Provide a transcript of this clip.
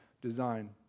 design